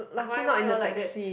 why why you all like that